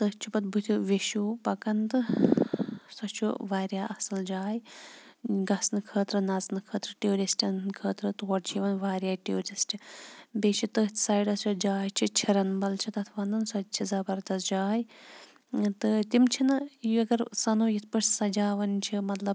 تٔتھۍ چھِ پَتہٕ بٕتھِ وِشوٗ پَکان تہٕ سۄ چھُ واریاہ اَصٕل جاے گژھنہٕ خٲطرٕ نَژنہٕ خٲطرٕ ٹیوٗرِسٹَن ہٕنٛدۍ خٲطرٕ تور چھِ یِوان واریاہ ٹیوٗرِسٹ بیٚیہِ چھِ تٔتھۍ سایڈَس یۄس جاے چھِ چھِرَنبَل چھِ تَتھ وَنان سۄ تہِ چھِ زَبَردَست جاے تہٕ تِم چھِنہٕ یہِ اگر سَنو یِتھ پٲٹھۍ سجاوان چھِ مطلب